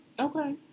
Okay